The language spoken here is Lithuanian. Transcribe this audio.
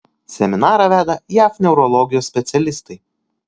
seminarą veda jav neurologijos specialistai